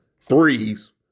threes